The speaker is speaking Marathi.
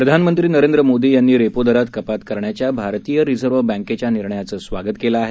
प्रधानमंत्री नरेंद्र मोदी यांनी रेपो दरात कपात करण्याच्या भारतीय रिझर्व्ह बँकेच्या निर्णयाचं स्वागत केलं आहे